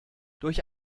durch